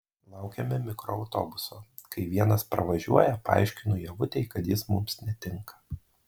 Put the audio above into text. laukiame mikroautobuso kai vienas pravažiuoja paaiškinu ievutei kad jis mums netinka